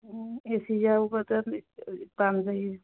ꯑꯦ C ꯌꯥꯎꯕꯗ ꯄꯥꯝꯖꯩ